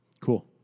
Cool